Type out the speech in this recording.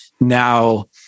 now